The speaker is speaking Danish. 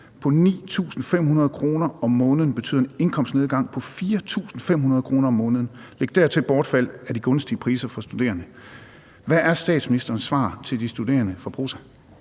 på 9.500 kr. om måneden betyder en indkomstnedgang på 4.500 kr. om måneden. Læg dertil bortfald af de gunstige priser for studerende. Hvad er statsministerens svar til de studerende fra